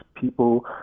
people